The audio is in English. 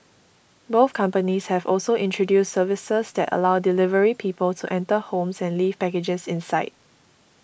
both companies have also introduced services that allow delivery people to enter homes and leave packages inside